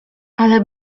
ale